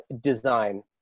design